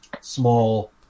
small